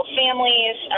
families